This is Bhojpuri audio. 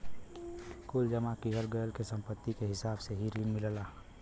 कुल जमा किहल गयल के सम्पत्ति के हिसाब से ही रिन मिलला